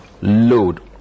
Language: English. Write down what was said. load